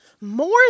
more